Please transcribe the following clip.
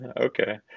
Okay